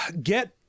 get